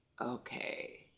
okay